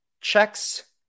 checks